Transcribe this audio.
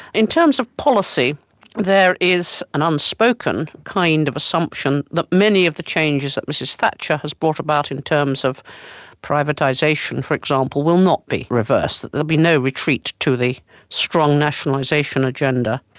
in terms of policy there is an unspoken kind of assumption that many of the changes that mrs thatcher has brought about in terms of privatisation for example, will not be reversed, that there'll be no retreat to the strong nationalisation agenda.